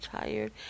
tired